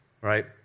right